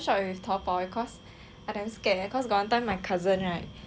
I damn scared eh cause got one time my cousin right is a guy so err